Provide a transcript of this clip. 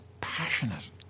passionate